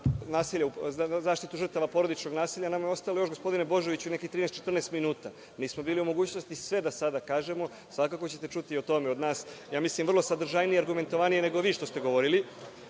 zaštitu žrtava porodičnog nasilja, nama je ostalo još, gospodine Božoviću, nekih 13, 14 minuta. Nismo bili u mogućnosti sve da sada kažemo, svakako ćete čuti o tome od nas, vrlo sadržajnije i argumentovanije nego što ste vi govorili. Što